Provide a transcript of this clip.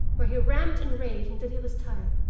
where he ramped and raved until he was tired.